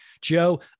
Joe